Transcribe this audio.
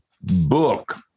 book